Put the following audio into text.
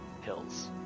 Hills